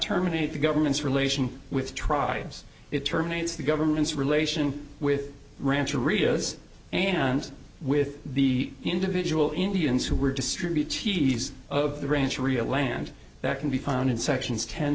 terminate the government's relation with trials it terminates the government's relation with rancher rhea's and with the individual indians who were distribute tease of the ranch real land that can be found in sections ten